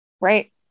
Right